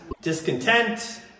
Discontent